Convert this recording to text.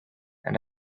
and